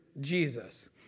Jesus